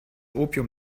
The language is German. opium